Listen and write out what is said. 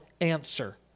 answer